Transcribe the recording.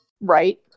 right